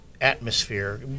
atmosphere